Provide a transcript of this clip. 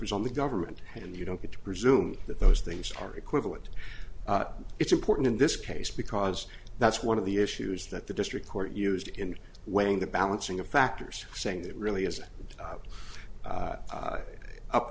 is on the government and you don't get to presume that those things are equivalent it's important in this case because that's one of the issues that the district court used in weighing the balancing of factors saying that really is u